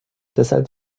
deshalb